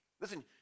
Listen